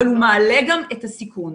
אבל הוא מעלה גם את הסיכון,